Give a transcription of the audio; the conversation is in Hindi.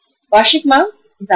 वार्षिक मांग यह ज्यादा है